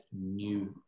new